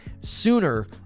sooner